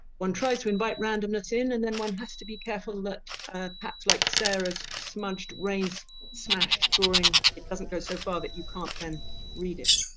one tries to invite randomness in and then one has to be careful that perhaps like sarah's smudged, rain so smashed drawing it doesn't go so far that you can't then read it.